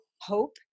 hope